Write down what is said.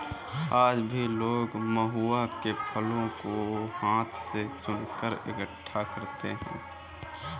आज भी लोग महुआ के फलों को हाथ से चुनकर इकठ्ठा करते हैं